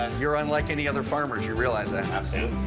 and you're unlike any other farmers, you realize that? absolutely,